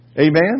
Amen